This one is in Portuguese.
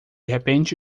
repente